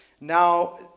now